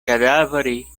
cadaveri